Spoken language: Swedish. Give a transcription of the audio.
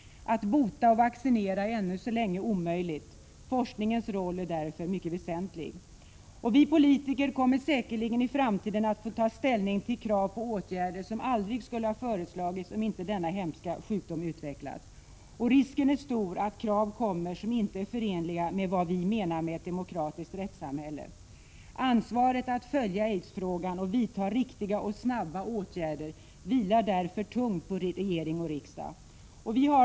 Att bota och vaccinera är ännu så länge omöjligt. Forskningens roll är därför mycket väsentlig. Vi politiker kommer säkerligen i framtiden att få ta ställning till krav på åtgärder som aldrig skulle ha föreslagits om inte denna hemska sjukdom utvecklats. Risken är stor att krav kommer på åtgärder som inte är förenliga med vad vi menar med ett demokratiskt rättssamhälle. Ansvaret att följa aidsfrågan och vidta riktiga och snabba åtgärder vilar därför tungt på regering — Prot. 1986/87:50 och riksdag.